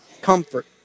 comfort